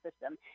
system